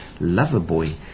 Loverboy